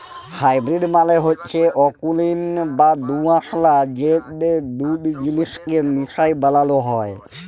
hybrid মালে হচ্যে অকুলীন বা দুআঁশলা যেট দুট জিলিসকে মিশাই বালালো হ্যয়